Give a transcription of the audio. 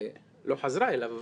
היא לא חזרה אליו,